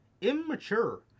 immature